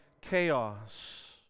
chaos